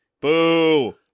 Boo